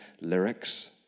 lyrics